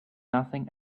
nothing